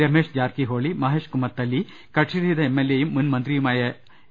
രമേഷ് ജാർക്കിഹോളി മഹേഷ് കുമത്തല്ലി കക്ഷി രഹിത എംഎൽഎയും മുൻ മന്ത്രിയുമായ എ